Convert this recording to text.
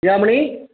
சிகாமணி